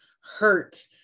hurt